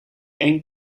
één